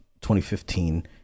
2015